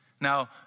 Now